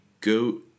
goat